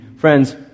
Friends